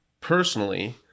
personally